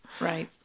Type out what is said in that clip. Right